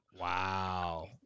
Wow